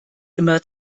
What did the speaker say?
immer